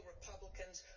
Republicans